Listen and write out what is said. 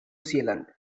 zealand